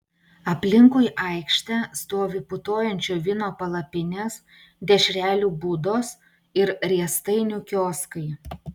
aplinkui aikštę stovi putojančio vyno palapinės dešrelių būdos ir riestainių kioskai